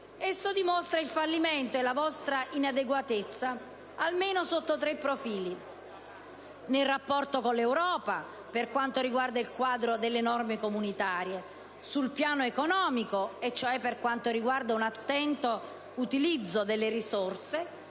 che dimostra il vostro fallimento e la vostra inadeguatezza almeno sotto quattro profili: nel rapporto con l'Europa, per quanto riguarda il quadro delle norme comunitarie; sul piano economico, per quanto riguarda un attento utilizzo delle risorse,